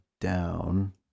down